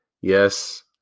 Yes